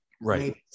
right